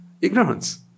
Ignorance